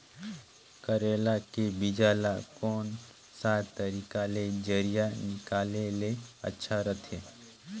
करेला के बीजा ला कोन सा तरीका ले जरिया निकाले ले अच्छा रथे?